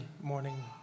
morning